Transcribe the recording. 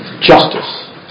justice